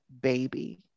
baby